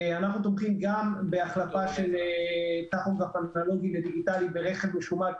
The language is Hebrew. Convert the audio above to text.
אנחנו תומכים גם בהחלפה של טכוגרף אנלוגי לדיגיטלי ברכב משומש,